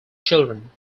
children